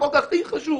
החוק הכי חשוב,